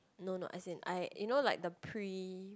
no no as in I you know like the pre